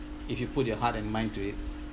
if you put your heart and mind to it